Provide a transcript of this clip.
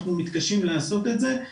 אנחנו מתקשים לעשות את זה.